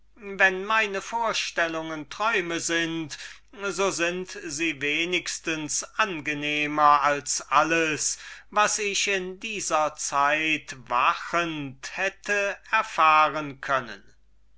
wenn dieses träume sind so sind sie wenigstens angenehmer als alles was ich in dieser zeit wachend hätte erfahren können